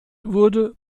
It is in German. wurde